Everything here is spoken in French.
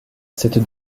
cette